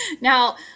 Now